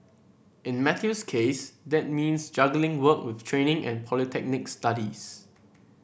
in Matthew's case that means juggling work with training and polytechnic studies